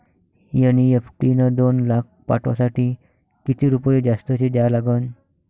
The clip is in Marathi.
एन.ई.एफ.टी न दोन लाख पाठवासाठी किती रुपये जास्तचे द्या लागन?